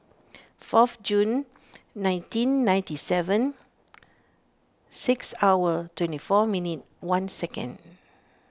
fourth June nineteen ninety seven six hour twenty four minute one second